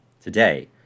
today